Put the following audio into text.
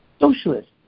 socialist